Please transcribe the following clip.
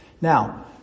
Now